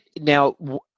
now